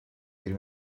bir